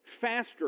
faster